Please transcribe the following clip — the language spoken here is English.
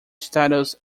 status